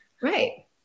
Right